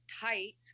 tight